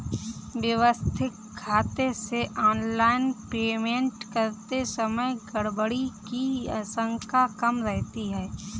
व्यवस्थित खाते से ऑनलाइन पेमेंट करते समय गड़बड़ी की आशंका कम रहती है